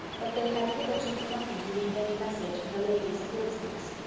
that they had hitherto forgotten to leave any message for the ladies at rosings.